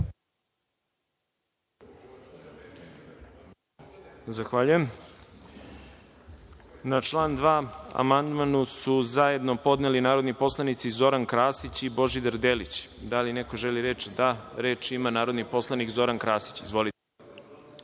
Zahvaljujem. Na član 2. amandman su zajedno podneli narodni poslanici Zoran Krasić i Božidar Delić. Da li neko želi reč? (Da)Reč ima narodni poslanik Zoran Krasić. Izvolite.